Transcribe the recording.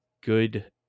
good